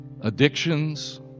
Addictions